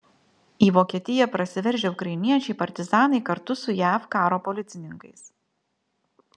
į vokietiją prasiveržę ukrainiečiai partizanai kartu su jav karo policininkais